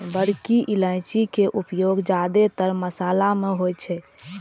बड़की इलायची के उपयोग जादेतर मशाला मे होइ छै